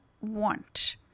want